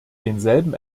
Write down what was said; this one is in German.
denselben